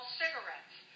cigarettes